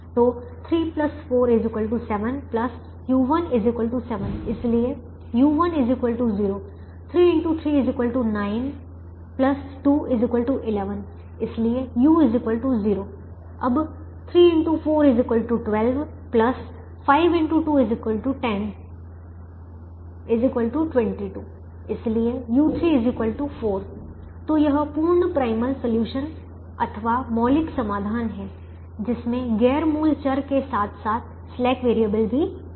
तो 3 4 7 u1 7 इसलिए u1 0 3 X 3 9 2 11 इसलिए u2 0 अब 3 X 4 12 5 X 2 10 22 इसलिए u3 4 तो यह पूर्ण प्राइमल सलूशन अथवा मौलिक समाधान है जिसमें गैर मूल चर के साथ साथ स्लैक वैरिएबल भी शामिल हैं